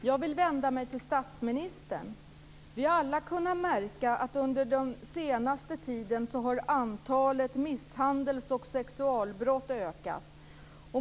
Herr talman! Jag vill vända mig till statsministern. Vi har alla märkt under den senaste tiden att antalet misshandels och sexualbrott ökat.